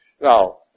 Now